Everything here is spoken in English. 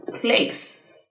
place